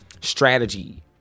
strategy